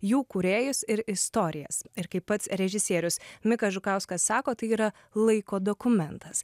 jų kūrėjus ir istorijas ir kaip pats režisierius mikas žukauskas sako tai yra laiko dokumentas